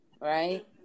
right